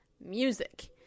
music